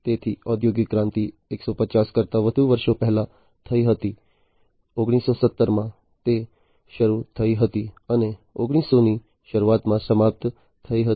તેથી ઔદ્યોગિક ક્રાંતિ 150 કરતાં વધુ વર્ષ પહેલાં થઈ હતી 1970માં તે શરૂ થઈ હતી અને 1900ની શરૂઆતમાં સમાપ્ત થઈ હતી